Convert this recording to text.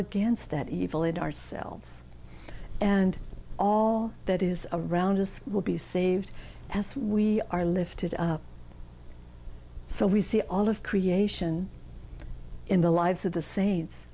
against that evil of ourselves and all that is around us will be saved as we are lifted up so we see all of creation in the lives of the saints